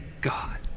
God